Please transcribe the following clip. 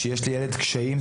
שיש לילד קשיים,